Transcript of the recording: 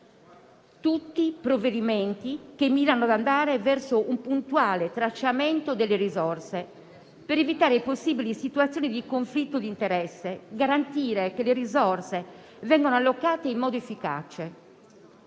tutti provvedimenti che mirano a un puntuale tracciamento delle risorse per evitare possibili situazioni di conflitto di interesse e a garantire che le risorse vengano allocate in modo efficace.